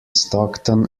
stockton